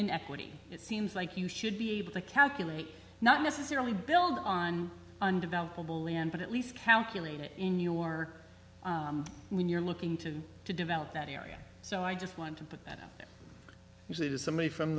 inequity it seems like you should be able to calculate not necessarily build on undeveloped land but at least calculate it in your when you're looking to to develop that area so i just want to put that you say to somebody from